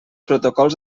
protocols